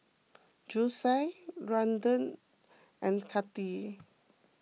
Josiah Randle and Kati